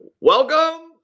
Welcome